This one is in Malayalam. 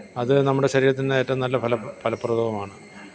അത് നമ്മുടെ ശരീരത്തിന് ഏറ്റവും നല്ല ഫലം ഫലപ്രദവുമാണ്